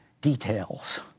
details